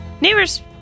neighbors